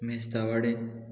मेस्ता वाडें